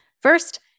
First